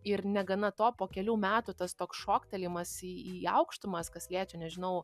ir negana to po kelių metų tas toks šoktelėjimas į į aukštumas kas liečia nežinau